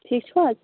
ٹھیٖک چھُو حظ